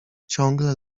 ciągle